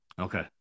Okay